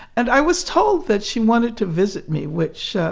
and i was told that she wanted to visit me, which